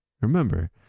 Remember